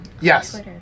Yes